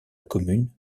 commune